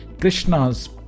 Krishna's